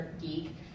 geek